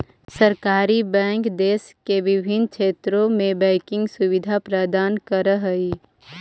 सहकारी बैंक देश के विभिन्न क्षेत्र में बैंकिंग सुविधा प्रदान करऽ हइ